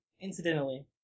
incidentally